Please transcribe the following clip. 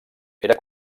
era